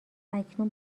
اکنون